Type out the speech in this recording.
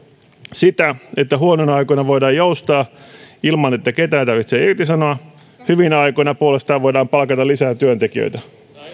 sitä että huonoina aikoina voidaan joustaa ilman että ketään tarvitsee irtisanoa hyvinä aikoina puolestaan voidaan palkata lisää työntekijöitä